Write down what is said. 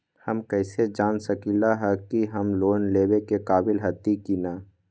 हम कईसे जान सकली ह कि हम लोन लेवे के काबिल हती कि न?